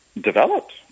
developed